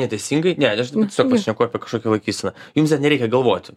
neteisingai ne aš dabar tiesiog aš šneku apie kažkokią laikyseną jums net nereikia galvoti